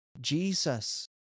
Jesus